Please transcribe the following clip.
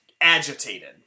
agitated